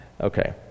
Okay